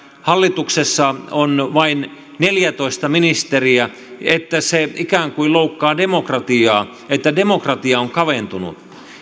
hallituksessa on vain neljätoista ministeriä ja se ikään kuin loukkaa demokratiaa että demokratia on kaventunut